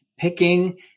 Picking